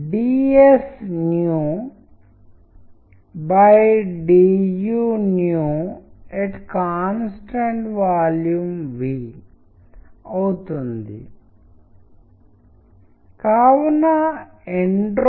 మీరు చిత్రాన్ని ఇక్కడ నుంచి అక్కడికి పంపండి ఇక్కడ రెండు విషయాలు గమనించవచ్చు ఒకటి దూరం అలాగే ఓరియంటేషన్